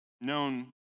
known